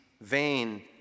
vain